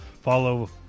follow